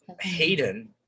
Hayden